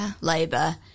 Labour